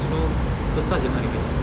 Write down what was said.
so first class damn hard to get